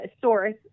source